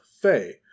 fey